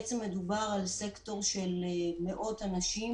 בעצם מדובר על סקטור של מאות אנשים,